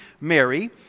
Mary